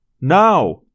Now